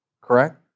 Correct